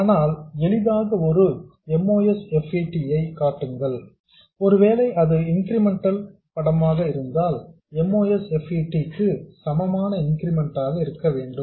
ஆனால் எளிதாக ஒரு MOSFET ஐ காட்டுங்கள் ஒருவேளை அது இன்கிரிமெண்டல் படமாக இருந்தால் MOSFET க்கு சமமான இன்கிரிமெண்ட் ஆக இருக்க வேண்டும்